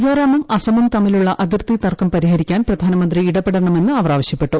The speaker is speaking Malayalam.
മിസോറാമും ആസാമും തമ്മിലുള്ള അതിർത്തി തർക്കം പരിഹരിക്കാൻ പ്രധാനമന്ത്രി ഇടപെടണമെന്ന് അവർ ആവശ്യപ്പെട്ടു